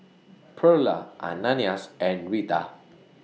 Pearla Ananias and Reta